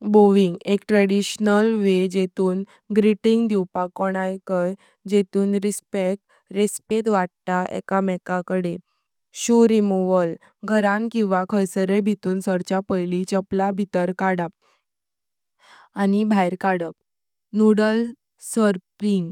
वंदन/नमस्कार: एक traditional way जेतुं ग्रीटिंग दिवप कोण्याकय, जेतुं रिस्पेट वाटतात एका मेका कडे। चपल काढप: घरां किवा खाइसार भितर सारच्यां पैली चपला भिर काडप। Noodle slurping: